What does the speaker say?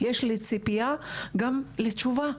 לי ציפייה גם לתשובה.